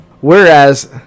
Whereas